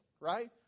right